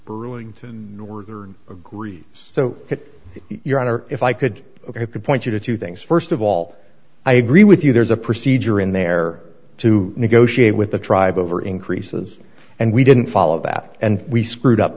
burlington north or agrees so your honor if i could could point you to two things st of all i agree with you there's a procedure in there to negotiate with the tribe over increases and we didn't follow that and we screwed up